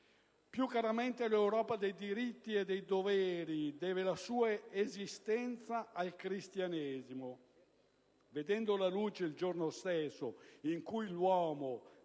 Più chiaramente, l'Europa dei diritti e dei doveri deve la sua esistenza al Cristianesimo, vedendo la luce il giorno stesso in cui l'uomo,